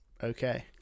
Okay